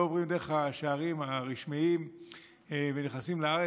עוברים דרך השערים הרשמיים ונכנסים לארץ,